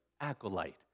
acolyte